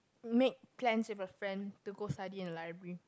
make plans with a friend to go study in library